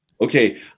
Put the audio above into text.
okay